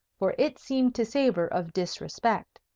for it seemed to savour of disrespect.